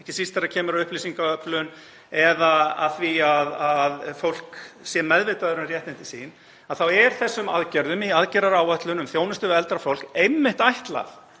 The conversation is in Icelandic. ekki síst þegar kemur að upplýsingaöflun eða því að fólk sé meðvitað um réttindi sín. Þá er þessum aðgerðum, í aðgerðaáætlun um þjónustu við eldra fólk, einmitt ætlað